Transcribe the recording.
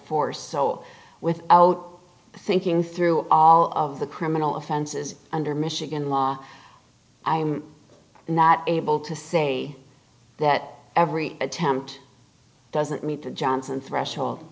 for so without thinking through all of the criminal offenses under michigan law i'm not able to say that every attempt doesn't meet the johnson threshold